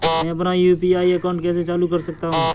मैं अपना UPI account कैसे चालू कर सकता हूँ?